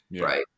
Right